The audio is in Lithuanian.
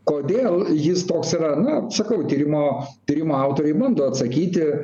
kodėl jis toks yra na sakau tyrimo tyrimo autoriai bando atsakyti